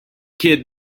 kid